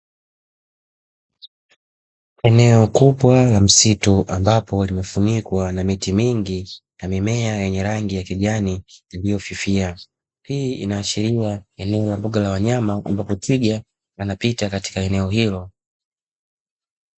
Eneo kubwa la msitu ambapo wamefunikwa na miti mingi na mimea yenye rangi ya kijani iliyofifia. Hii inaashiriwa eneo la mbuga la wanyama ambapo Twiga anapita katika eneo hilo."